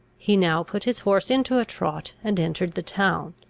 he now put his horse into a trot, and entered the town.